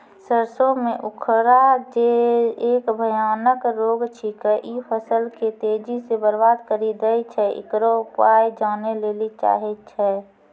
सरसों मे उखरा जे एक भयानक रोग छिकै, इ फसल के तेजी से बर्बाद करि दैय छैय, इकरो उपाय जाने लेली चाहेय छैय?